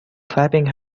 clapping